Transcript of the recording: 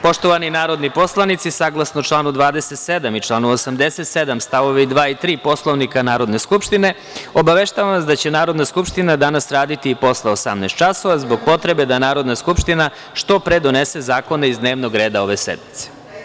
Poštovani narodni poslanici, saglasno članu 27. i članu 87. st. 2. i 3. Poslovnika Narodne skupštine, obaveštavam vas da će Narodna skupština danas raditi i posle 18 časova zbog potrebe da Narodna skupština što pre donese zakone iz dnevnog reda ove sednice.